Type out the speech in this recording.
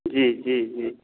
जी जी जी